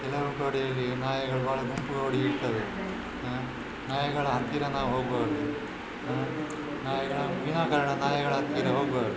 ಕೆಲವು ರೋಡಿನಲ್ಲಿ ನಾಯಿಗಳು ಭಾಳ ಗುಂಪು ಗೂಡಿ ಇರ್ತವೆ ನಾಯಿಗಳ ಹತ್ತಿರ ನಾವು ಹೋಗಬಾರ್ದು ನಾಯಿಗಳ ವಿನಾಕಾರಣ ನಾಯಿಗಳ ಹತ್ತಿರ ಹೋಗಬಾರ್ದು